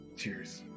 Cheers